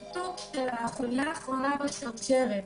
ניתוק של החוליה האחרונה בשרשרת,